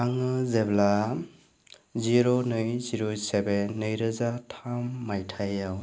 आङो जेब्ला जिर' नै जिर' सेभेन नैरोजा थाम माइथायाव